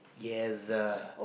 yes is a